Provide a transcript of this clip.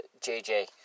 JJ